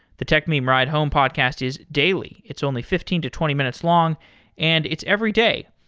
the techmeme ride home podcast is daily. it's only fifteen to twenty minutes long and it's every day.